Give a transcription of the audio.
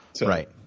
Right